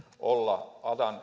olla